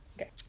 Okay